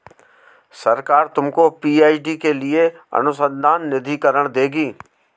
सरकार तुमको पी.एच.डी के लिए अनुसंधान निधिकरण देगी